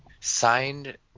signed